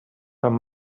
some